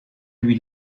lui